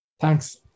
Thanks